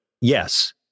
yes